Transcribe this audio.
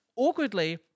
Awkwardly